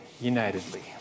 unitedly